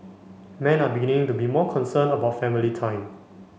men are beginning to be more concerned about family time